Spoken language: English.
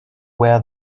where